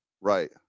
right